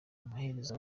amaherezo